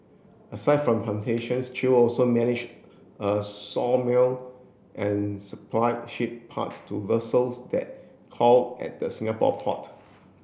aside from plantations Chew also manage a sawmill and supplied ship parts to vessels that called at the Singapore port